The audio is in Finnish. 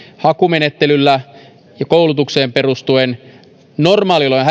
hakumenettelyllä ja koulutukseen perustuen normaaliolojen